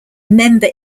member